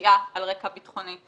הפשיעה על רקע בטחוני.